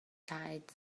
tight